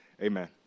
Amen